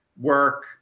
work